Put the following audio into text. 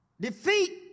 Defeat